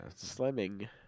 Slimming